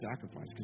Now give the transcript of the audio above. sacrifice